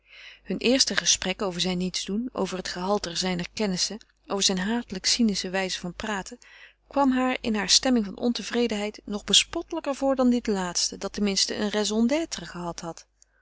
hun eerste gesprek over zijn nietsdoen over het gehalte zijner kennissen over zijn hatelijk cynische wijze van praten kwam haar in hare stemming van ontevredenheid nog bespottelijker voor dan dit laatste dat ten minste een raison d'être gehad had